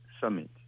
summit